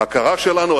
ההכרה שלנו,